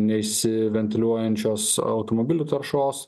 neišsiventiliuojančios automobilių taršos